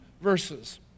verses